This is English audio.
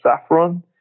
saffron